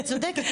צודקת,